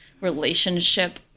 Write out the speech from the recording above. relationship